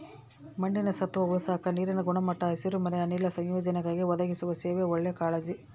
ಮಣ್ಣಿನ ಸತ್ವ ಉಳಸಾಕ ನೀರಿನ ಗುಣಮಟ್ಟ ಹಸಿರುಮನೆ ಅನಿಲ ಸಂಯೋಜನೆಗಾಗಿ ಒದಗಿಸುವ ಸೇವೆ ಒಳ್ಳೆ ಕಾಳಜಿ